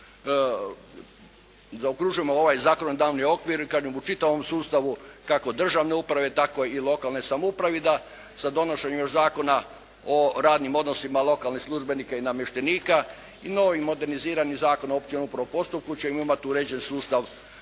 kažem još zaokružujemo ovaj zakonodavni okvir i kažem u čitavom sustavu kako državne uprave tako i lokalne samouprave i da sa donošenjem Zakona o radnim odnosima lokalnih službenika i namještenika i novim moderniziranim Zakonom o općem upravnom postupku ćemo imati uređen sustav